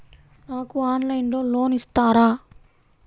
నాకు ఆన్లైన్లో లోన్ ఇస్తారా?